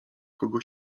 kogo